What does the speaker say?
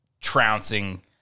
trouncing